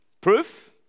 Proof